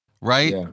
right